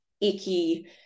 icky